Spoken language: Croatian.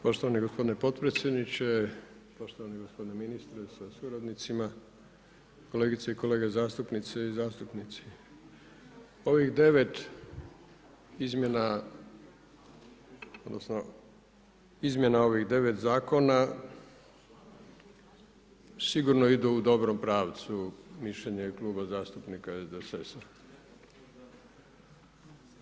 Poštovani gospodine podpredsjedniče, poštovani gospodine ministre sa suradnicima, kolegice i kolege zastupnice i zastupnici, ovih 9 izmjena odnosno izmjena ovih 9 zakona sigurno idu u dobrom pravcu mišljenje je Kluba zastupnika SDSS-a.